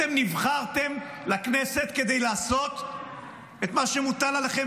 אתם נבחרתם לכנסת כדי לעשות את מה שמוטל עליכם,